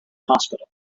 hospital